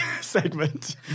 segment